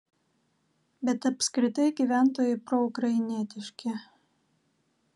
bet apskritai gyventojai proukrainietiški